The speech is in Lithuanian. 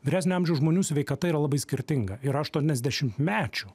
vyresnio amžiaus žmonių sveikata yra labai skirtinga ir aštuoniasdešimtmečių